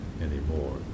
anymore